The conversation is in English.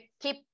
keep